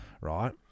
right